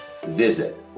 visit